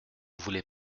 voulez